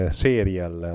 serial